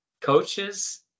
coaches